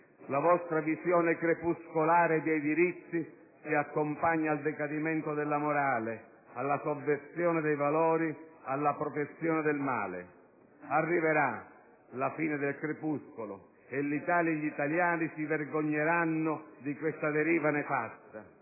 La vostra visione crepuscolare dei diritti si accompagna al decadimento della morale, alla sovversione dei valori, alla protezione del male. Arriverà la fine del crepuscolo e l'Italia e gli italiani si vergogneranno di questa deriva nefasta.